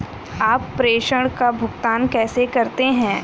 आप प्रेषण का भुगतान कैसे करते हैं?